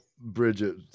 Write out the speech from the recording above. Bridget